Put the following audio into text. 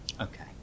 okay